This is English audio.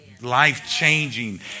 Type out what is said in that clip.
life-changing